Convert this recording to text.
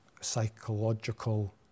psychological